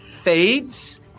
fades